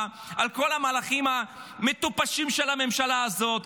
על כל המהלכים המטופשים של הממשלה הזאת,